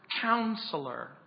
counselor